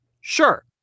sure